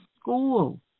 school